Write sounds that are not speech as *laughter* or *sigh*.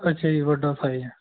ਅੱਛਾ ਜੀ ਵੱਡਾ *unintelligible*